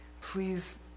Please